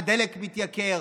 הדלק מתייקר,